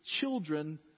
Children